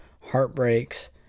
heartbreaks